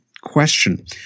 question